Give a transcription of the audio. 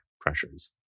pressures